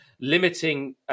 limiting